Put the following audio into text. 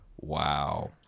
Wow